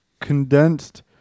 condensed